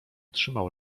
trzymał